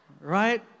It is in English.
right